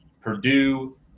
Purdue